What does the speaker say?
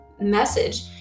message